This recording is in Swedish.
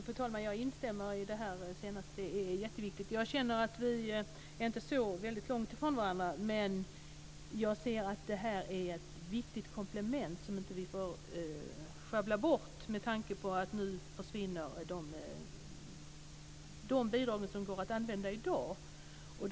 Fru talman! Jag instämmer i det senaste, för det är jätteviktigt. Jag känner att vi inte står så långt från varandra men jag ser här ett viktigt komplement som vi inte får sjabbla bort med tanke på att de bidrag som i dag går att använda nu försvinner.